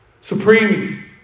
Supreme